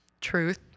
Truth